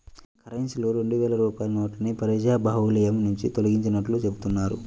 కరెన్సీలో రెండు వేల రూపాయల నోటుని ప్రజాబాహుల్యం నుంచి తొలగించినట్లు చెబుతున్నారు